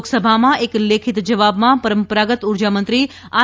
લોકસભામાં એક લેખિત જવાબમાં પરંપરાગત ઉર્જા મંત્રી આર